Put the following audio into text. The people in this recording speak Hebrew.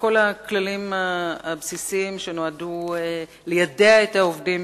וכל הכללים הבסיסיים שנועדו ליידע את העובדים